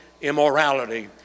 immorality